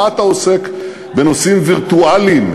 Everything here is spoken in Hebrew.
מה אתה עוסק בנושאים וירטואליים?